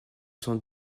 cent